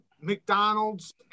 McDonald's